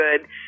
good